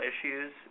issues